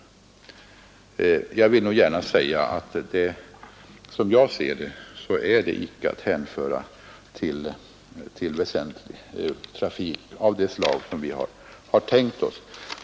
Som jag ser det är detta icke att hänföra till väsentlig trafik av det slag som vi har tänkt oss.